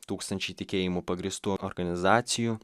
tūkstanči tikėjimų pagrįstų organizacijų